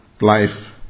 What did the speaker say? life